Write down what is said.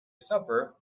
supper